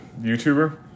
YouTuber